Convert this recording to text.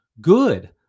good